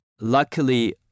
Luckily